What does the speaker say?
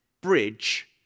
Bridge